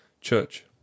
CHURCH